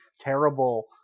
terrible